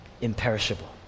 imperishable